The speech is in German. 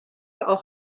auch